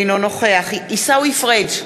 אינו נוכח עיסאווי פריג'